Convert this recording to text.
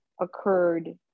occurred